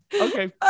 Okay